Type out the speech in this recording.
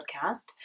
podcast